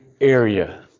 area